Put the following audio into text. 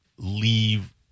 Leave